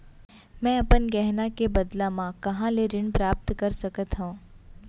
मै अपन गहना के बदला मा कहाँ ले ऋण प्राप्त कर सकत हव?